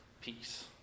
peace